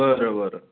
बरं बरं